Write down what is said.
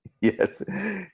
Yes